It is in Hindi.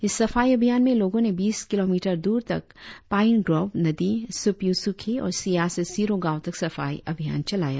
इस सफाई अभियान में लोगों ने बीस किलोमिटर दूर तक पाइन ग्रोव नदी सुप्यू सुखे और सिया से सिरो गांव तक सफाई अभियान चलाया